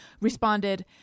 responded